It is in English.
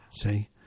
see